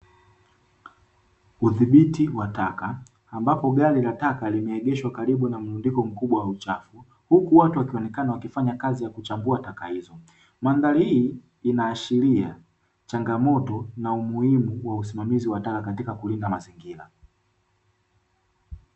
Udhibiti wa taka ambapo gari la taka limeegeshwa karibu na mrundiko mkubwa wa uchafu, huku watu wakionekana wakifanya kazi ya kuchambua taka hizo; mandhari hii inaashiria changamoto na umuhimu wa usimamizi wa taka katika kulinda mazingira.